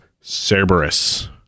Cerberus